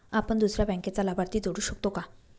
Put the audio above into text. आपण दुसऱ्या बँकेचा लाभार्थी जोडू शकतो का?